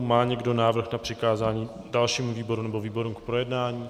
Má někdo návrh na přikázání dalšímu výboru nebo výborům k projednání?